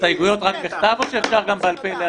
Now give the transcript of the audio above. הסתייגויות רק בכתב או שאפשר גם בעל פה?